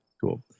Cool